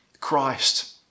Christ